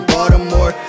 Baltimore